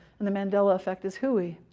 and the mandela effect is hooey,